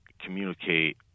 communicate